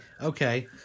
okay